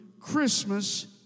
Christmas